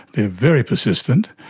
they are very persistent.